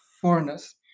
foreigners